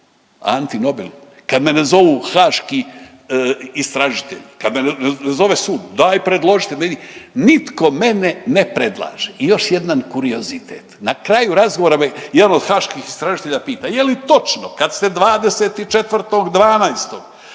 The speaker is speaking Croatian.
Anti Nobilu kada me ne zovu haški istražitelji, kada me ne zove sud, daj predložite. Nitko mene ne predlaže. I još jedan kuriozitet. Na kraju razgovora me jedan od haških istražitelja pita: „Je li točno kada ste 24. 12.